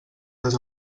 les